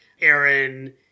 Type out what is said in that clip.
Aaron